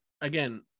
again